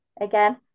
again